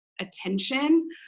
attention